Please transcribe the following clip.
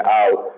out